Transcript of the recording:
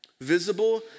visible